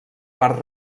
part